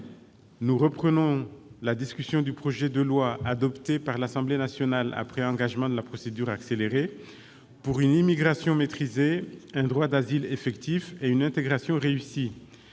Nous reprenons la discussion du projet de loi, adopté par l'Assemblée nationale après engagement de la procédure accélérée, pour une immigration maîtrisée, un droit d'asile effectif et une intégration réussie.